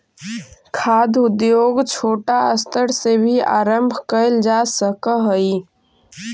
खाद्य उद्योग छोटा स्तर से भी आरंभ कैल जा सक हइ